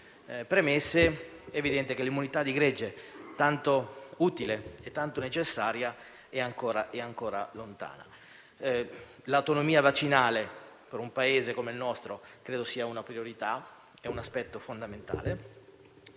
premesse è evidente che l'immunità di gregge, tanto utile e tanto necessaria, è ancora lontana. Credo che l'autonomia vaccinale, per un Paese come il nostro, rappresenti una priorità e un aspetto fondamentale.